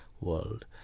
world